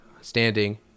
standing